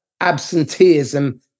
absenteeism